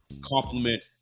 compliment